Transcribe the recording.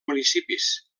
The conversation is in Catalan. municipis